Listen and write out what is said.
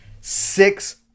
Six